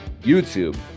YouTube